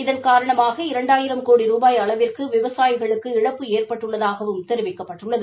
இதன் காணரமாக இரண்டாயிரம் கோடி ரூபாய் அளவிற்கு விவசாயிகளுக்கு இழப்பு ஏற்பட்டுள்ளதாகவும் தெரிவிக்கப்பட்டுள்ளது